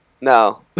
No